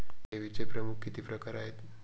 ठेवीचे प्रमुख किती प्रकार आहेत?